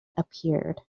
appeared